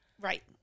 Right